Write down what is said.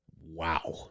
Wow